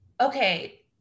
okay